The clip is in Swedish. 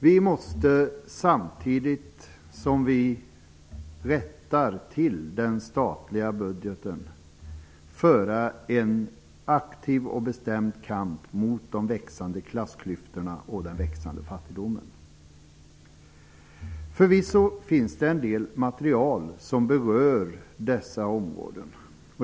Vi måste samtidigt som vi rättar till den statliga budgeten föra en aktiv och bestämd kamp mot de växande klassklyftorna och den växande fattigdomen. Förvisso finns det en del material som berör dessa områden.